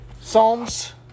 Psalms